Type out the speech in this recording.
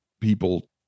people